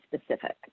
specific